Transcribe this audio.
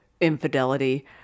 infidelity